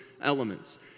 elements